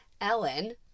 Ellen